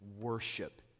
worship